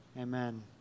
Amen